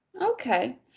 Okay